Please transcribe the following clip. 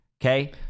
Okay